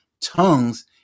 tongues